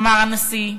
אמר הנשיא,